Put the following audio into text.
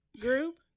group